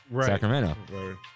Sacramento